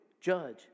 judge